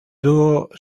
dúo